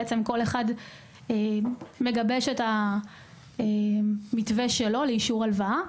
כל אחד מגבש את המתווה שלו לאישור ההלוואה.